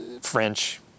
French